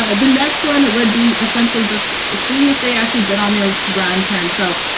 ah the next one would be essentially just seeing if they actually bid on your brand term. so,